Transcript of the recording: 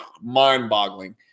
mind-boggling